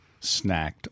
snacked